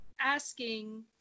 asking